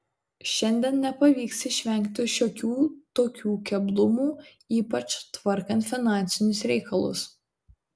šiandien nepavyks išvengti šiokių tokių keblumų ypač tvarkant finansinius reikalus